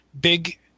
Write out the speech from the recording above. big